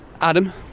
Adam